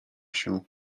się